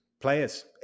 players